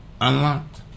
unlocked